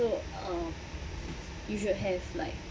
um you should have like